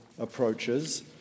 approaches